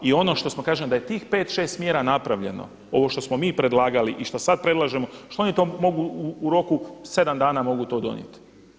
I ono što smo, kažem da je tih 5, 6 mjera napravljeno ovo što smo mi predlagali i što sad predlažemo, što oni to mogu u roku 7 dana mogu to donijeti.